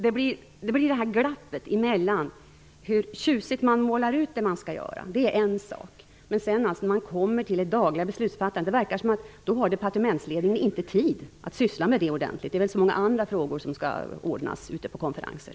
Det finns ett glapp mellan hur tjusigt man målar upp det man skall göra och vad som händer i det dagliga beslutsfattandet. Det verkar som om departementsledningen inte har tid att syssla ordentligt med det här. Man har väl fullt upp med andra frågor som skall diskuteras på konferenser?